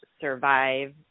survive